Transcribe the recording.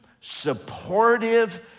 supportive